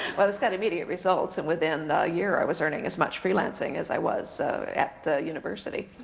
well, this got immediate results, and within a year i was earning as much freelancing as i was so at university.